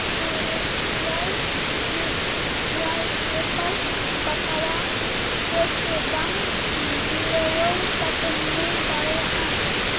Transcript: ᱛᱩᱨᱩᱭ ᱮᱭᱟᱭ ᱢᱤᱫ ᱮᱭᱟᱭ ᱯᱮᱯᱟᱞ ᱵᱟᱛᱟᱣᱟ ᱠᱚ ᱥᱮ ᱵᱟᱝ ᱵᱤᱲᱟᱹᱣᱟᱹᱣ ᱠᱟᱛᱮᱢ ᱧᱮᱞ ᱫᱟᱲᱮᱭᱟᱜᱼᱟ